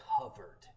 covered